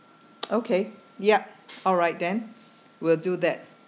okay yup alright then we'll do that